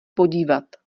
podívat